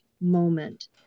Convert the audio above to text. moment